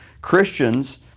Christians